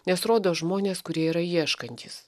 nes rodo žmones kurie yra ieškantys